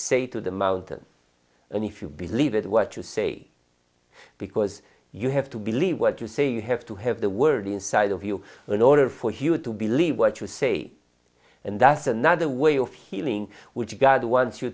say to the mountain and if you believe it what you say because you have to believe what you say you have to have the word inside of you in order for you to believe what you say and that's another way of healing which god wants you